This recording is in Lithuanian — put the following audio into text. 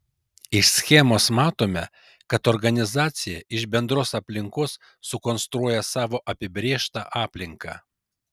iš schemos matome kad organizacija iš bendros aplinkos sukonstruoja savo apibrėžtą aplinką